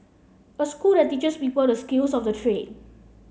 a school that teaches people the skills of the trade